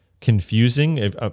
confusing